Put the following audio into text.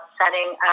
setting